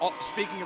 speaking